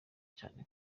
cyane